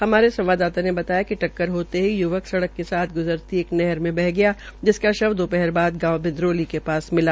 हमारे संवाददाता ने बताया कि टक्कर होते ही युवक सड़क के साथ गुजरती एक नहर में बह गया जिसका शव दोपहर बाद बिदंरोली के पास मिला